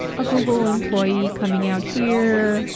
a google employee coming out here,